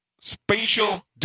Spatial